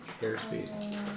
airspeed